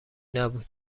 نبود